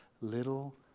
little